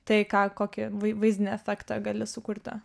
tai ką kokį vai vaizdinį efektą gali sukurti